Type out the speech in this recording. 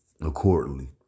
accordingly